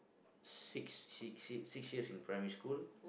six six six six years in primary school